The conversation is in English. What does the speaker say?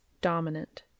dominant